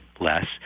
less